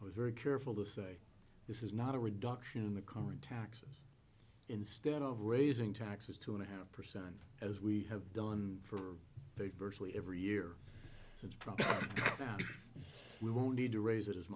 was very careful to say this is not a reduction in the current taxes instead of raising taxes two and a half percent as we have done for the virtually every year so it's probably we won't need to raise it as